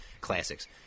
classics